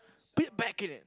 put it back in it